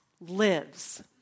lives